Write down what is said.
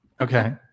Okay